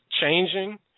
changing